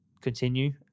continue